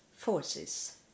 Forces